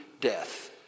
death